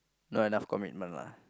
not enough commitment lah